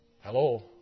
Hello